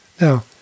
Now